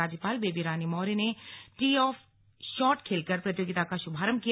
राज्यपाल बेबी रानी मौर्य ने tee off shot खेलकर प्रतियोगिता का शुभारंभ किया